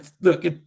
look